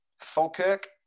Falkirk